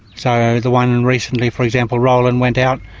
so the one recently for example, roland went out,